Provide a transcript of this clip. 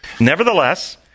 nevertheless